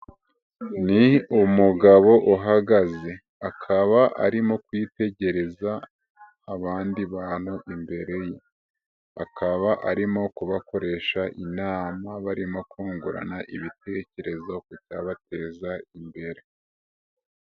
Ni umugabo uhagaze akaba arimo kwitegereza abandi bantu imbere ye, akaba arimo kubakoresha inama barimo kungurana ibitekerezo ku byabateza imbere.